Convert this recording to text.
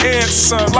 answer